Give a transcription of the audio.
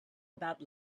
about